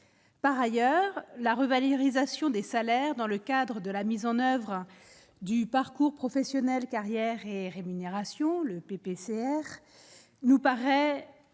par ailleurs, la revalorisation des salaires dans le cadre de la mise en oeuvre du parcours professionnels carrières et rémunérations : le PPCR nous paraît utile